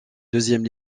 deuxième